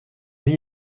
vie